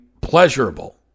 pleasurable